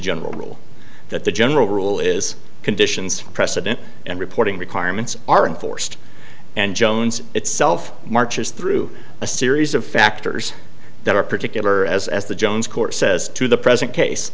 general rule that the general rule is conditions precedent and reporting requirements are enforced and jones itself marches through a series of factors that are particular as as the jones court says to the present case